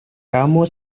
kamu